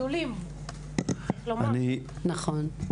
--- נכון,